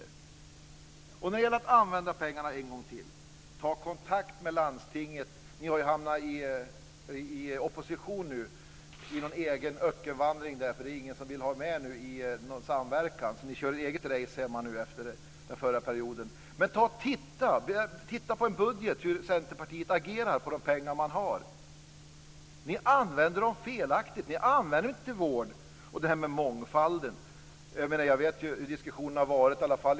Sedan var det frågan om att använda pengar en gång till. Ta kontakt med landstinget. Ni har hamnat i opposition, en egen ökenvandring eftersom det inte är någon som vill ha med er i någon samverkan. Ni kör ert eget race hemma efter den förra perioden. Titta i en budget för att se hur Centerpartiet agerar med de pengar som finns. Ni använder dem felaktigt. Ni använder dem inte till vård. Sedan var det frågan om mångfalden. Jag vet hur diskussionerna har varit i medierna.